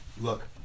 Look